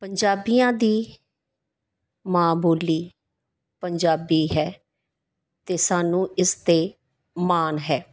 ਪੰਜਾਬੀਆਂ ਦੀ ਮਾਂ ਬੋਲੀ ਪੰਜਾਬੀ ਹੈ ਅਤੇ ਸਾਨੂੰ ਇਸ 'ਤੇ ਮਾਣ ਹੈ